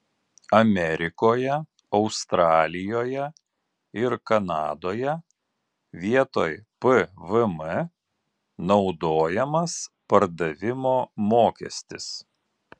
amerikoje australijoje ir kanadoje vietoj pvm naudojamas pardavimo mokestis